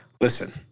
listen